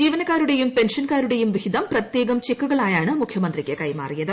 ജീവനക്കാരുടെയും പെൻഷൻകാരുടെയും വിഹിതം പ്രത്യേകം ചെക്കുകളായാണ് മുഖ്യമന്ത്രിക്ക് കൈമാറിയത്